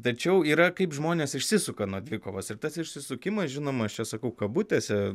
tačiau yra kaip žmonės išsisuka nuo dvikovos ir tas išsisukimas žinoma aš čia sakau kabutėse